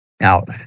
Out